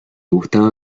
gustaba